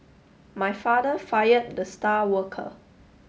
my father fired the star worker